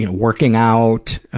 you know working out,